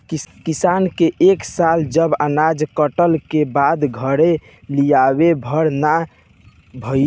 किसान के ए साल सब अनाज कटला के बाद घरे लियावे भर ना भईल